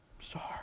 sorry